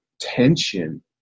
tension